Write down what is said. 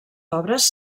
obres